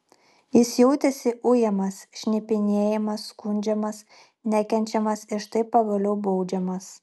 jis jautėsi ujamas šnipinėjamas skundžiamas nekenčiamas ir štai pagaliau baudžiamas